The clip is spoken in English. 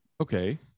Okay